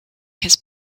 his